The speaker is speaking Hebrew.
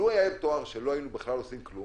לו היה מתואר שלא היינו בכלל עושים כלום,